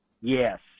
Yes